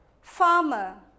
farmer